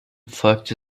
folgte